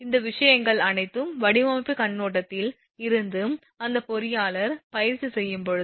இந்த விஷயங்கள் அனைத்தும் வடிவமைப்புக் கண்ணோட்டத்தில் இருந்து அந்த பொறியாளர் பயிற்சி செய்யும் போது